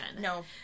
no